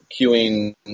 queuing